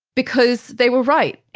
because they were right.